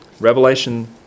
Revelation